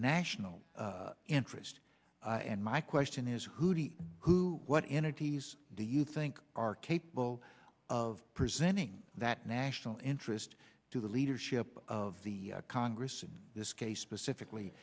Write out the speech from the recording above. national interest and my question is who the who what entities do you think are capable of presenting that national interest to the leadership of the congress in this case specifically